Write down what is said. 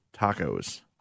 tacos